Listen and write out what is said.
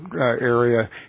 area